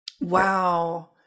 Wow